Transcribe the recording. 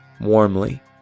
warmly